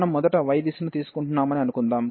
మనం మొదట y దిశను తీసుకుంటున్నామని అనుకుందాం